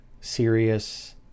serious